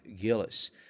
Gillis